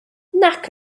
nac